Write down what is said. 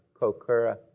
Kokura